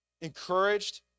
encouraged